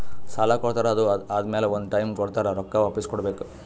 ಸಾಲಾ ಕೊಡ್ತಾರ್ ಅದು ಆದಮ್ಯಾಲ ಒಂದ್ ಟೈಮ್ ಕೊಡ್ತಾರ್ ರೊಕ್ಕಾ ವಾಪಿಸ್ ಕೊಡ್ಬೇಕ್